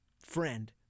friend